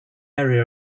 area